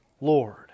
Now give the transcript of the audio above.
Lord